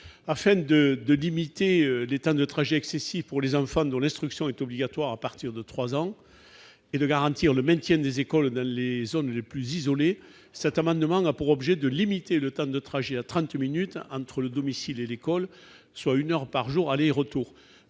Afin de prévenir les temps de trajet excessifs pour les enfants, dont l'instruction sera désormais obligatoire dès l'âge de 3 ans, et de garantir le maintien des écoles dans les zones les plus isolées, l'amendement a pour objet de limiter le temps de trajet à trente minutes entre le domicile et l'école, soit une heure par jour aller et retour.